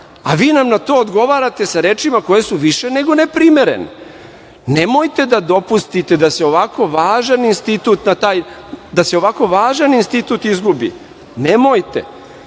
a vi nam na to odgovarate sa rečima koje su više nego neprimerene. Nemojte da dopustite da se ovako važan institut izgubi.